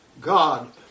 God